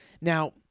Now